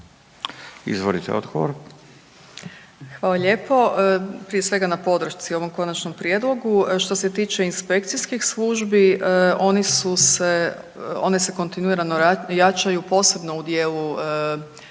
Žigman, Nataša** Hvala lijepo, prije svega na podršci ovom konačnom prijedlogu. Što se tiče inspekcijskih službi, one se kontinuirano jačaju posebno u dijelu